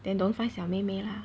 then don't find 小妹妹 lah